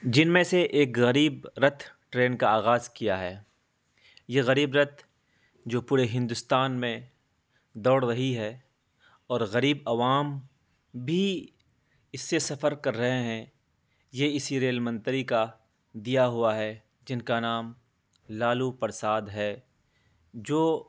جن میں سے ایک غریب رتھ ٹرین کا آغاز کیا ہے یہ غریب رتھ جو پورے ہندوستان میں دوڑ رہی ہے اور غریب عوام بھی اس سے سفر کر رہے ہیں یہ اسی ریل منتری کا دیا ہوا ہے جن کا نام لالو پرساد ہے جو